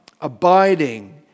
abiding